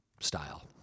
style